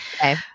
Okay